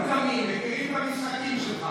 מיקי, אנחנו לא מטומטמים.